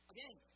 Again